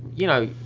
you know,